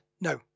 no